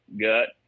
gut